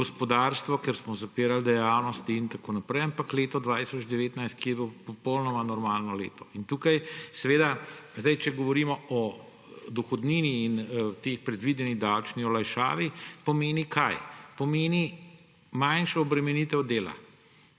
gospodarstvo, ker smo zapirali dejavnosti in tako naprej, ampak leto 2019, ki je bilo popolnoma normalno leto. In tukaj seveda zdaj, če govorimo o dohodnini in tej predvideni davčni olajšavi, pomeni – kaj? Pomeni manjšo obremenitev dela.